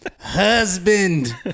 husband